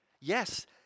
yes